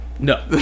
No